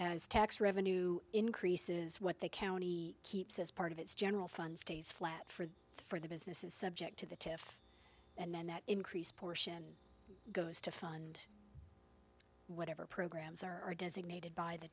as tax revenue increases what the county keeps as part of its general fund stays flat for for the business is subject to the tiff and then that increase portion goes to fund whatever programs are designated by the